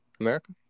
America